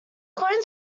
coins